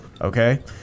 Okay